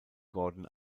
gordon